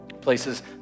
places